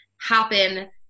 happen